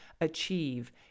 achieve